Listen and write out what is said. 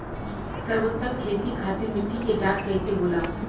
सर्वोत्तम खेती खातिर मिट्टी के जाँच कइसे होला?